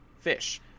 fish